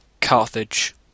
Carthage